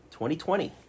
2020